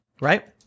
Right